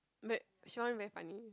but she want very funny